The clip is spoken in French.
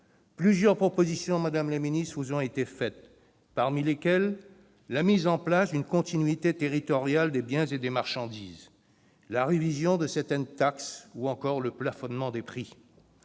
Plusieurs propositions vous ont été faites, madame la ministre, parmi lesquelles la mise en place d'une continuité territoriale des biens et des marchandises, la révision de certaines taxes et le plafonnement des prix.